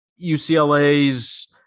UCLA's